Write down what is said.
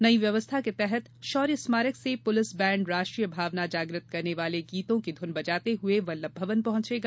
नयी व्यवस्था के तहत शौर्य स्मारक से पुलिस बैण्ड राष्ट्रीय भावना जाग्रत करने वाले गीतों की ध्रन बजाते हए वल्लभ भवन पहँचेगा